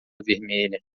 vermelha